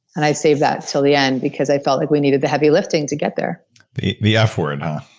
and i save that until the end because i felt like we needed the heavy lifting to get there the the f word, huh?